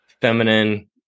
feminine